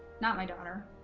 not my daughter